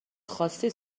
خواستی